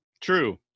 True